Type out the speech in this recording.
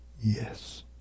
Yes